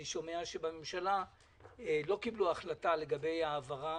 אני שומע שבממשלה לא קיבלו החלטה לגבי העברה